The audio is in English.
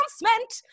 announcement